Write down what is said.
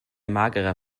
magerer